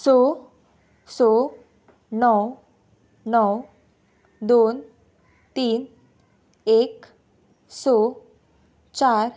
स स णव णव दोन तीन एक स चार